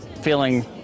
feeling